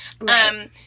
Right